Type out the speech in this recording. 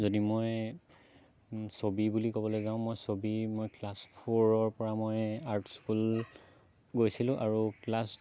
যদি মই ছবি বুলি ক'বলৈ যাওঁ মই ছবি মই ক্লাছ ফ'ৰৰপৰা মই আৰ্ট স্কুল গৈছিলোঁ আৰু ক্লাছ